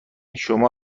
شما